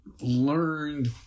learned